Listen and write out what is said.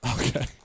Okay